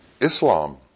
Islam